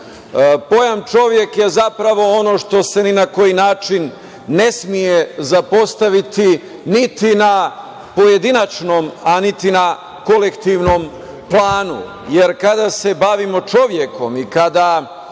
čovek je zapravo ono što se ni na koji način ne sme zapostaviti, ni na pojedinačnom, a ni na kolektivnom planu, jer kada se bavimo čovekom i kada